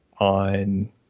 on